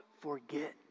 forget